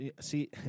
see